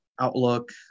outlook